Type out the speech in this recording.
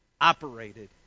operated